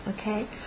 Okay